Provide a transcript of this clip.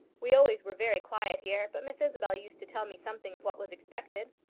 we always were very quiet here, but miss isabel used to tell me something of what was expected.